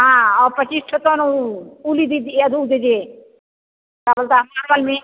हाँ और पच्चीस ठो तनी ऊनी दीजिए वह दीजिए का बोलता है मार्वल में